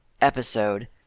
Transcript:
episode